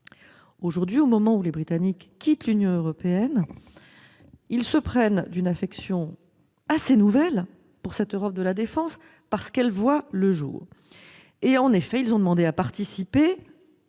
Aujourd'hui, au moment où ils quittent l'Union européenne, ils se prennent d'une affection nouvelle pour cette Europe de la défense, parce qu'elle voit le jour. Ainsi, ils ont demandé à participer